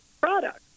product